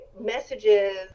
messages